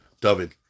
David